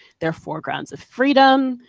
therefore, grounds of freedom.